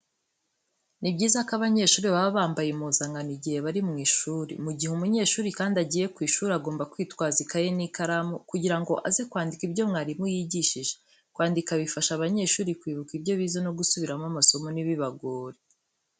Ni byiza ko abanyeshuri baba bambaye impuzankano igihe bari mu ishuri. Mu gihe umunyeshuri kandi agiye ku ishuri agomba kwitwaza ikayi n'ikaramu, kugira ngo aze kwandika ibyo mwarimu yigishije. Kwandika bifasha abanyeshuri kwibuka ibyo bize no gusubiramo amasomo ntibibagore.